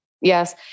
Yes